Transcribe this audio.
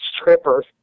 strippers